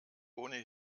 ohne